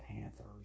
Panthers